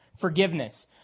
forgiveness